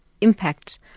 impact